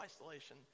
isolation